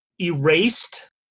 Erased